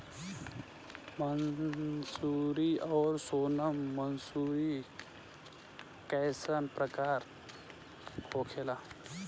मंसूरी और सोनम मंसूरी कैसन प्रकार होखे ला?